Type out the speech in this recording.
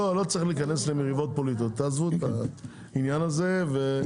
לא צריך להיכנס למריבות פוליטיות; תעזבו את העניין הזה.